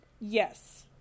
Yes